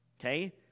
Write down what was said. Okay